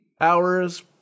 hours